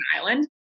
island